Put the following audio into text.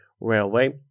Railway